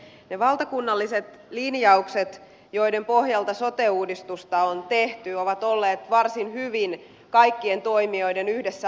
ne valtakunnalliset linjaukset joiden pohjalta sote uudistusta on tehty ovat olleet varsin hyvin kaikkien toimijoiden yhdessä allekirjoittamat